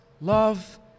love